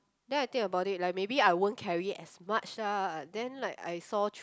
then I think about it like maybe I won't carry as much ah then like I saw